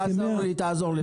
תעזור לי,